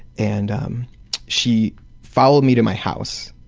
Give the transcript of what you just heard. and um she followed me to my house.